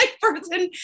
person